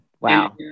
Wow